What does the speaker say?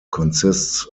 consists